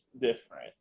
different